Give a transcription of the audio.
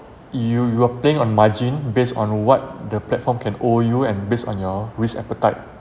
you you are playing on margin based on what the platform can owe you and based on your risk appetite